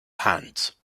hands